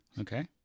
Okay